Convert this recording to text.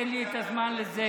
אין לי את הזמן לזה,